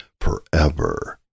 Forever